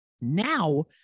Now